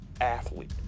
athlete